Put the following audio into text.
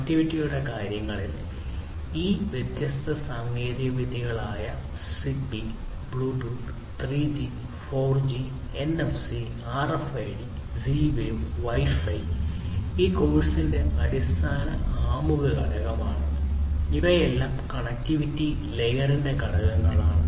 കണക്റ്റിവിറ്റിയുടെ കാര്യത്തിൽ ഈ വ്യത്യസ്ത സാങ്കേതികവിദ്യകളായ ZigBee Bluetooth 3G 4G NFC RFID Z Wave Wi Fi ഈ കോഴ്സിന്റെ അടിസ്ഥാന ആമുഖ ഘടകമാണ് ഇവയെല്ലാം കണക്റ്റിവിറ്റി ലെയറിന്റെ ഘടകങ്ങളാണ്